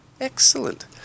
Excellent